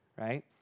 right